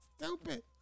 stupid